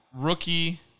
rookie